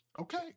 Okay